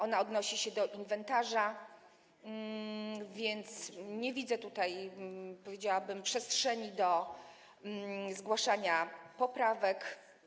Ona odnosi się do inwentarza, więc nie widzę tutaj, powiedziałabym, przestrzeni do zgłaszania poprawek.